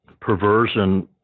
perversion